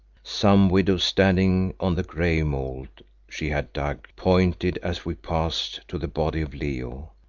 some widow standing on the grave mould she had dug, pointed as we passed to the body of leo,